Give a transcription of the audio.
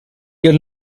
your